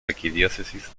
arquidiócesis